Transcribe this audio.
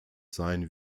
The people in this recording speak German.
sein